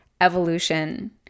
evolution